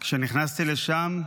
כשנכנסתי לשם,